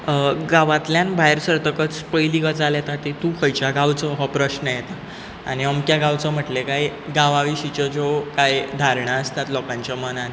गांवांतल्यान भायर सरतकच पयली गजाल येता ती तूं खंयच्या गांवचो हो प्रश्न येता आनी अमक्या गांवचो म्हणलें काय गांवां विशीच्या कांय धारणा आसतात लोकांच्या मनांत